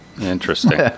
Interesting